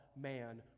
man